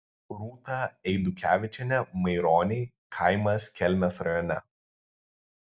rūta eidukevičienė maironiai kaimas kelmės rajone